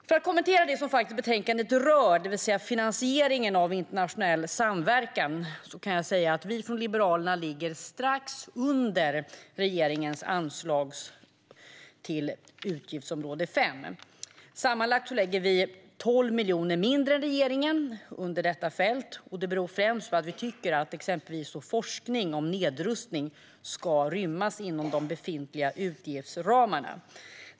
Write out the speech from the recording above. För att kommentera det som betänkandet faktiskt rör, det vill säga finansieringen av internationell samverkan, kan jag säga att vi från Liberalerna ligger strax under regeringens anslag till utgiftsområde 5. Vi lägger sammanlagt 12 miljoner mindre än regeringen på detta fält. Det beror främst på att vi tycker att exempelvis forskning om nedrustning ska rymmas inom de befintliga utgiftsramarna.